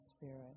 spirit